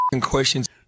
questions